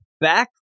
back